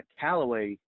Callaway